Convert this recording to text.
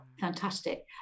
fantastic